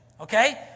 okay